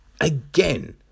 again